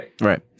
Right